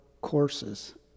courses